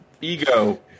Ego